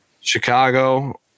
chicago